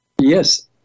yes